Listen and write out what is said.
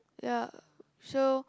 yeah so